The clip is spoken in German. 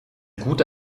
gute